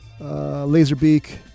Laserbeak